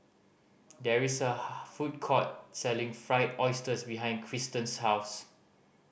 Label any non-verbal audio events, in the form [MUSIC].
there is a [UNINTELLIGIBLE] food court selling Fried Oyster behind Kristan's house